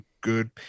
good